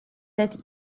that